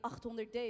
800D